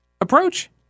approach